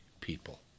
people